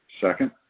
second